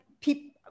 people